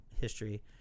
history